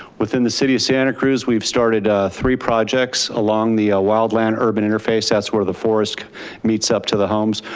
within the city of santa cruz we've started three projects along the ah wildland-urban interface, that's where the forest meets up to the homes.